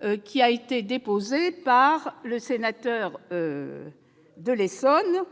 a été déposée par le sénateur de l'Essonne,